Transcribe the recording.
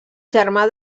germà